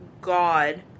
god